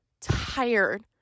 tired